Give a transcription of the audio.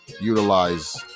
utilize